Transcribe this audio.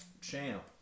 Champ